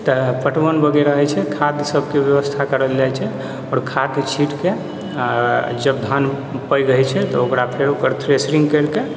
तऽ पटवन वगैरह होइ छै खाद सबके व्यवस्था करल जाइ छै आओर खाद छिटके आओर जब धान पैघ हैय छै तऽ ओकरा फेर ओकर थ्रेसिङ्ग करिके